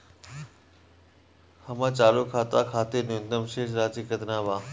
हमर चालू खाता खातिर न्यूनतम शेष राशि केतना बा?